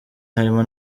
harimo